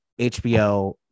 HBO